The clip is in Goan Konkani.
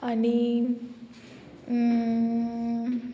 आनी